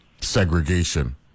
segregation